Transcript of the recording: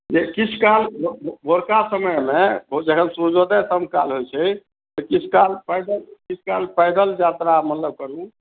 जे किछुकाल भोरका समयमे जखन सूर्योदय सन काल होइ छै किछुकाल पैदल यात्रा मतलब करू